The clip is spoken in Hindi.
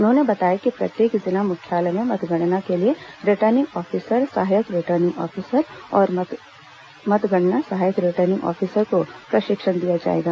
उन्होंने बताया कि प्रत्येक जिला मुख्यालय में मतगणना के लिए रिटर्निंग ऑफिसर सहायक रिटर्निंग ऑफिसर और मतणना सहायक रिटर्निंग ऑफिसर को प्रशिक्षण दिया जाएगा